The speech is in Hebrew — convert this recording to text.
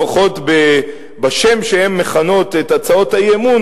לפחות בשם שהן מכנות את הצעות האי-אמון,